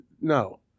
No